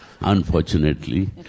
unfortunately